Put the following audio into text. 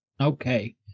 Okay